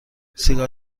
سیگار